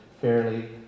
fairly